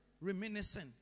reminiscing